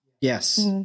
yes